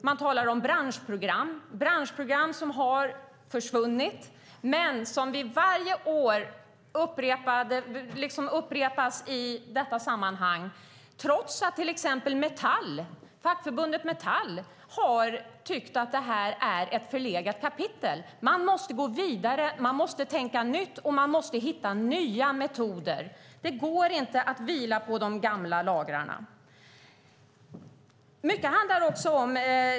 Man talar om branschprogram, branschprogram som har försvunnit men som varje år upprepas i detta sammanhang, trots att till exempel fackförbundet Metall har tyckt att det är ett förlegat kapitel. Man måste gå vidare, man måste tänka nytt och man måste hitta nya metoder. Det går inte att vila på de gamla lagrarna.